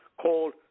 called